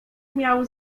miał